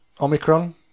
Omicron